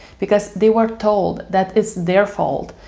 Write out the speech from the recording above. because they were told, that it's their fault.